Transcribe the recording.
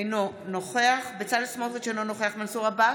אינו נוכח בצלאל סמוטריץ' אינו נוכח מנסור עבאס,